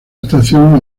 estación